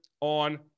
on